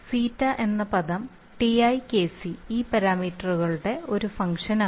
ζ എന്ന പദം Ti Kc ഈ പാരാമീറ്ററുകളുടെ ഒരു ഫംഗ്ഷൻ കൂടിയാണ്